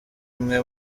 imwe